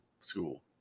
school